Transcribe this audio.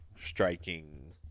striking